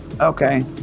Okay